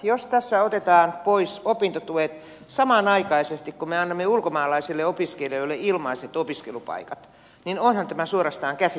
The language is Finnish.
jos tässä otetaan pois opintotuet samanaikaisesti kun me annamme ulkomaalaisille opiskelijoille ilmaiset opiskelupaikat niin onhan tämä suorastaan käsittämätöntä